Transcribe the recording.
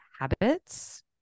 Habits